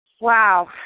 Wow